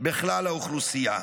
בכלל האוכלוסייה,